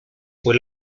fue